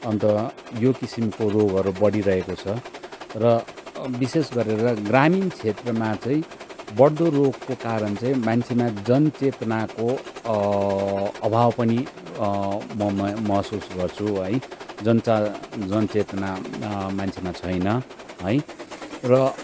अन्त यो किसिमको रोगहरू बडिहरेको छ र विशेष गरेर ग्रामीण क्षेत्रमा चाहिँ बड्दो रोगको कारण चाहिँ मान्छेमा जनचेतनाको अभाव पनि म महसुस गर्छु है जन चा जनचेतना मान्छेमा छैन है र